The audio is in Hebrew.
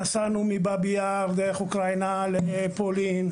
נסענו מ-באבי יאר דרך אוקראינה לפולין,